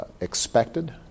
expected